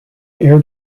air